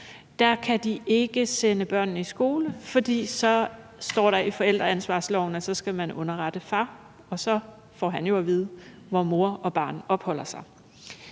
børn, ikke kan sende børnene i skole, fordi der står i forældreansvarsloven, at så skal man underrette far, og så får han jo at vide, hvor mor og barn opholder sig.